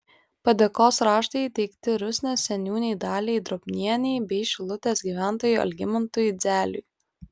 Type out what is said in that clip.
padėkos raštai įteikti rusnės seniūnei daliai drobnienei bei šilutės gyventojui algimantui idzeliui